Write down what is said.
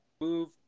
move